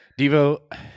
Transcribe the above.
Devo